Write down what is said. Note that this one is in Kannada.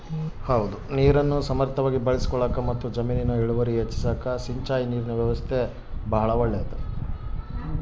ನೀರನ್ನು ಸಮರ್ಥವಾಗಿ ಬಳಸಿಕೊಳ್ಳಾಕಮತ್ತು ಜಮೀನಿನ ಇಳುವರಿ ಹೆಚ್ಚಿಸಾಕ ಸಿಂಚಾಯಿ ನೀರಿನ ವ್ಯವಸ್ಥಾ ಒಳ್ಳೇದು